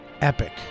Epic